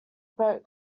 boat